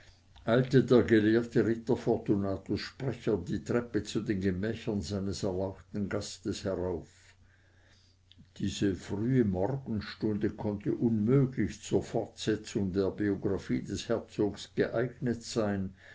der gelehrte ritter fortunatus sprecher die treppe zu den gemächern seines erlauchten gastes herauf diese frühe morgenstunde konnte unmöglich zur fortsetzung der biographie des herzogs geeignet sein